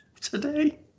today